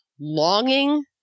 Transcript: longing